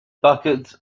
buckets